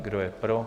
Kdo je pro?